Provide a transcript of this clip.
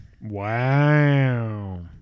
Wow